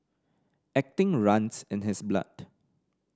acting runs in his blood